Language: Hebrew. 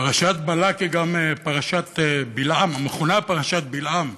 פרשת בלק היא גם פרשת בלעם, מכונה פרשת בלעם.